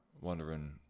wondering